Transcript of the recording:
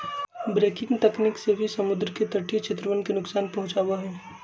breaking तकनीक से भी समुद्र के तटीय क्षेत्रवन के नुकसान पहुंचावा हई